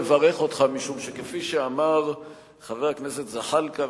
לברך אותך משום שכפי שאמר חבר הכנסת זחאלקה,